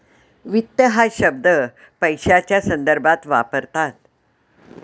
वित्त हा शब्द पैशाच्या संदर्भात वापरतात